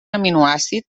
aminoàcid